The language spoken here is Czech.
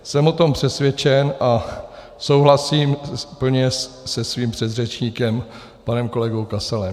Jsem o tom přesvědčen a souhlasím plně se svým předřečníkem panem kolegou Kasalem.